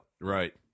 Right